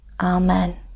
Amen